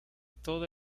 toda